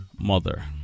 mother